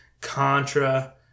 Contra